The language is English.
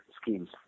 schemes